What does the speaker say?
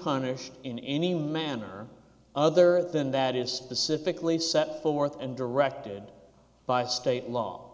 punished in any manner other than that is specifically set forth and directed by state law